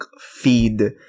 feed